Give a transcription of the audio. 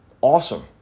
awesome